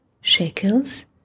shekels